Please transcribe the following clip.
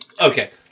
Okay